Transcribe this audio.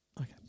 Okay